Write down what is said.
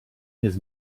his